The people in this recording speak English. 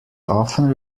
often